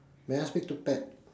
may I speak to pat